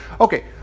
Okay